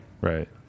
Right